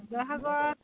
Joysagar